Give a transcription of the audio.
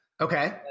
Okay